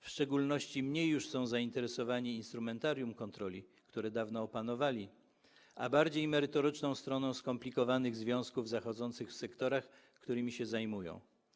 W szczególności są oni już mniej zainteresowani instrumentarium kontroli, które dawno opanowali, a bardziej - merytoryczną stroną skomplikowanych związków zachodzących w sektorach, którymi się zajmują.